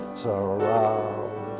surround